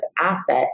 asset